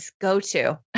go-to